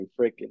freaking